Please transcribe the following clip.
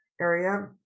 area